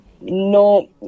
No